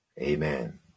Amen